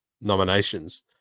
nominations